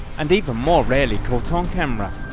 and even more rarely caught on camera.